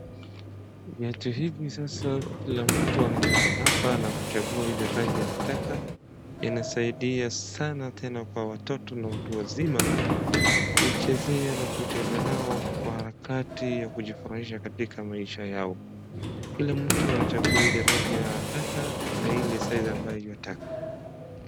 Viatu hivi sasa kila mtu anaenda hapa na kuchagua ile rangi anataka. Inasaidia sana tena kwa watoto na watu wazima kuichezea na kuitembelea kwa harakati ya kujifurahisha katika maisha yao. Kila mtu anachagua ile rangi anataka na ile size ambaye yuwataka.